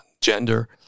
gender